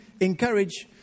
encourage